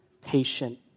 patient